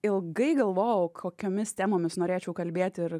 ilgai galvojau kokiomis temomis norėčiau kalbėt ir